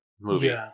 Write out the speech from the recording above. movie